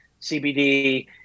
CBD